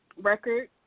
record